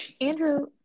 Andrew